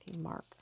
Mark